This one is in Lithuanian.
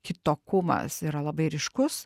kitokumas yra labai ryškus